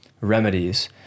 remedies